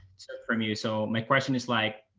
so from you. so my question is like,